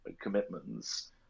commitments